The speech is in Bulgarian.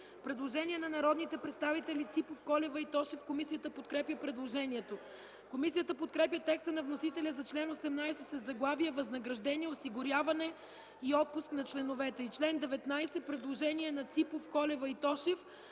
предложение на народните представители Ципов, Колева и Тошев. Комисията подкрепя предложението. Комисията подкрепя текста на вносителите за чл. 18 със заглавие „Възнаграждение, осигуряване и отпуск на членовете”. По чл. 19 – предложение на народните